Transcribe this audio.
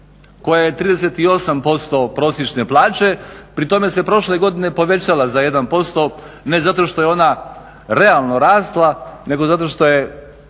koja je 38% prosječne plaće. Pri tome se prošle godine povećala za 1% ne zato što je ona realno rasla nego zato što je